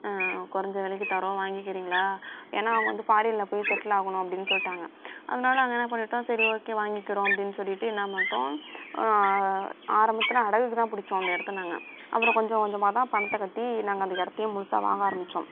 குறஞ்ச விலக்கி தர்றோம் வாங்கிக்கிறீங்களா ஏன்னா அவங்க வந்து ஃபாரின்ல போய் செட்டில் ஆகணும் அப்படின்னு சொல்லிட்டாங்க அதனால் நாங்கள் என்ன பண்ணிட்டோம் சரி ஓகே வாங்கிக்கிறோம் அப்படின்னு சொல்லிட்டு என்ன பண்ணிட்டோம் ஆரம்பத்தில் அடகுக்குதான் பிடிச்சோம் அந்த இடத்த நாங்கள் அப்புறம் கொஞ்சம் கொஞ்சம் தான் பணத்தை கட்டி நாங்கள் அந்த இடத்தையும் முழுசாக வாங்க ஆரம்பித்தோம்